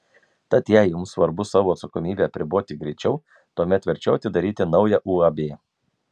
tad jei jums svarbu savo atsakomybę apriboti greičiau tuomet verčiau atidaryti naują uab